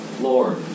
Lord